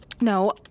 No